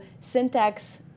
syntax